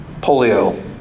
polio